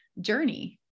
journey